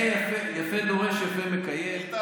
יפה דורש, יפה מקיים.